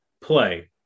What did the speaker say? play